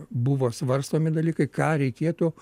buvo svarstomi dalykai ką reikėtų